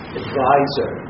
advisor